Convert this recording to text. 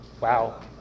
Wow